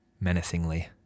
menacingly